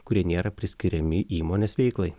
kurie nėra priskiriami įmonės veiklai